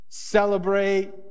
Celebrate